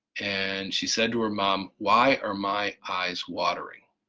and she said to her mom why are my eyes watering?